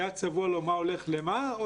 היה צבוע לו מה הולך למה?